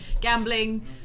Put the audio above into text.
Gambling